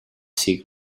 seek